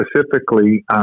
specifically